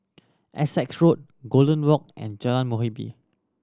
Essex Road Golden Walk and Jalan Muhibbah